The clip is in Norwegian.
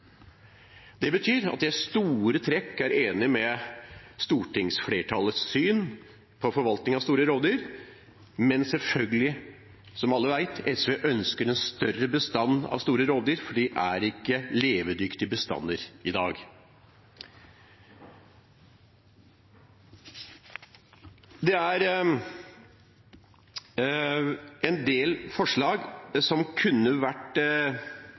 Det betyr at jeg i store trekk er enig i stortingsflertallets syn på forvaltning av store rovdyr, men selvfølgelig, som alle vet, ønsker SV en større bestand av store rovdyr, for de er ikke levedyktige bestander i dag. Det er en del forslag som kunne vært